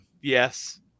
yes